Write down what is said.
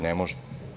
Ne može.